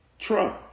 Trump